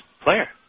player